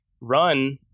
run